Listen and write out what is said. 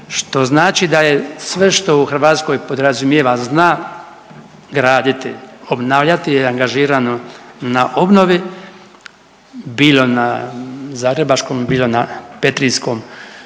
što znači da je sve što u Hrvatskoj podrazumijeva zna graditi, obnavljati angažirano na obnovi, bilo na zagrebačkom, bilo na petrinjskom